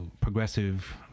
progressive